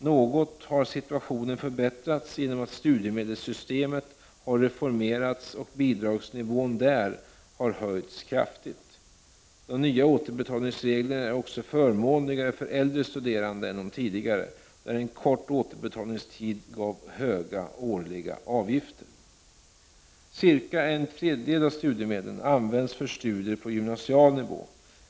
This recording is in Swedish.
Något har situationen förbättrats genom att studiemedelssystemet har reformerats och bidragsnivån där har höjts kraftigt. De nya återbetalningsreglerna är också förmånligare för äldre studerande än de tidigare, där en kort återbetalningstid gav höga årliga avgifter. Cirka en tredjedel av studiemedlen används för studier på gymnasial nivå.